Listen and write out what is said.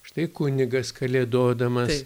štai kunigas kalėdodamas